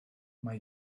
mae